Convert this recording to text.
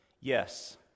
yes